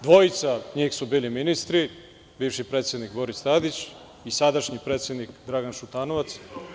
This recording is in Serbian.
Dvojica njih su bili ministri, bivši predsednik Boris Tadić i sadašnji predsednik Dragan Šutanovac.